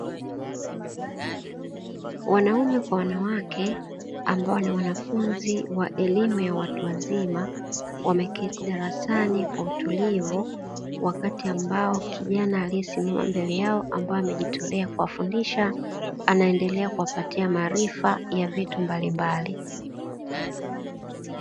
Wanaume kwa wanawake ambao ni wanafunzi wa elimu ya watu wazima, wameketi darasani kwa utulivu wakati ambao kijana aliyesimama mbele yao ambaye amejitolea kuwafundisha anaendelea kuwapatia maarifa ya vitu mbalimbali.